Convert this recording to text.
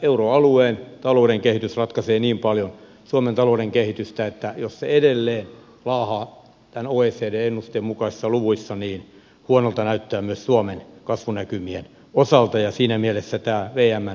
euroalueen talouden kehitys ratkaisee niin paljon suomen talouden kehityksessä että jos se edelleen laahaa tämän oecdn ennusteen mukaisissa luvuissa huonolta näyttää myös suomen kasvunäkymien osalta ja siinä mielessä tämä vmn ennuste on ehkä optimistinen